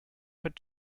put